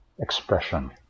expression